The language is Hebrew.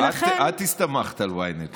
את הסתמכת על ynet, לא אני.